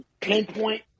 pinpoint